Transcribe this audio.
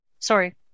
Sorry